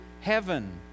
heaven